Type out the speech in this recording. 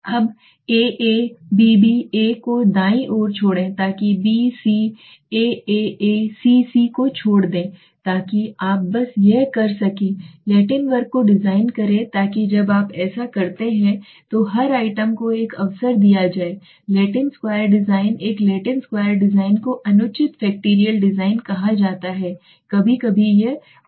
अब A A B B A को दाईं ओर छोड़ें ताकि B C A A A C C को छोड़ दे ताकि आप बस यह कर सकें लैटिन वर्ग को डिज़ाइन करें ताकि जब आप ऐसा करते हैं तो हर आइटम को एक अवसर दिया जाए लैटिन स्क्वायर डिजाइन एक लैटिन स्क्वायर डिजाइन को अनुचित फैक्टरियल डिजाइन कहा जाता है कभी कभी यह होता है